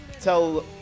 Tell